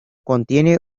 contiene